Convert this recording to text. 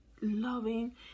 loving